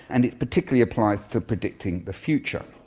and it particularly applies to predicting the future.